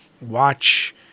watch